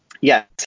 Yes